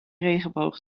regenboog